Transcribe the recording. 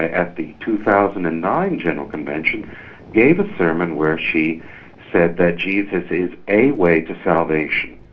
at the two thousand and nine general convention gave a sermon where she said that jesus is a way to salvation.